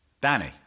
Danny